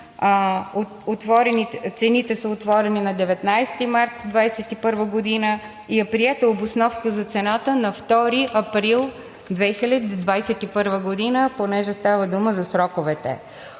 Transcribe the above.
Цените са отворени на 19 март 2021 г. и е приета обосновка на цената на 2 април 2021 г., понеже става дума за сроковете.